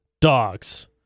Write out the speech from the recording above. dogs